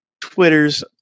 Twitters